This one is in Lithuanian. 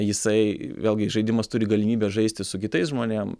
jisai vėlgi žaidimas turi galimybę žaisti su kitais žmonėm